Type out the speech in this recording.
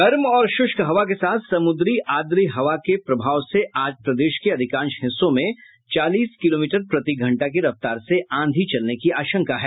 गर्म और शुष्क हवा के साथ समुद्री आर्द्र हवा के प्रभाव से आज प्रदेश के अधिकांश हिस्सों में चालीस किलोमीटर प्रतिघंटा की रफ्तार से आंधी चलने की आशंका है